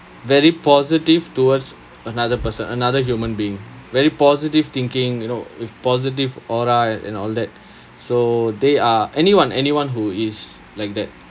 very positive towards another person another human being very positive thinking you know with positive aura and all that so they are anyone anyone who is like that